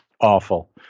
awful